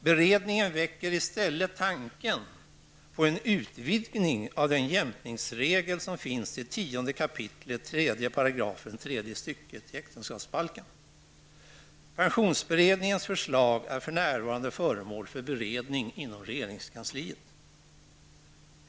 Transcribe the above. Beredningen väcker i stället tanken på en utvidning av den jämkningsregel som finns i 10 kap. 3 § tredje stycket äktenskapsbalken. Pensionsberedningens förslag är för närvarande föremål för beredning inom regeringskansliet.